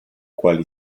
quali